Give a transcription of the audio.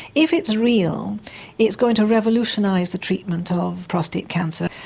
if it's real it's going to revolutionise the treatment of prostate cancer.